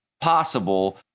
possible